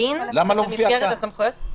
דקה, דקה.